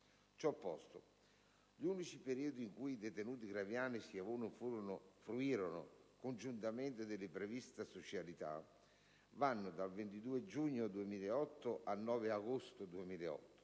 Ciò posto, gli unici periodi in cui i detenuti Graviano e Schiavone fruirono congiuntamente della prevista socialità vanno dal 22 giugno 2008 al 9 agosto 2008,